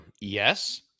Yes